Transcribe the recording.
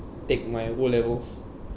take my O levels